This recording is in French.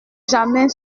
jamais